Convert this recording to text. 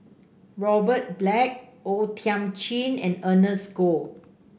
Robert Black O Thiam Chin and Ernest Goh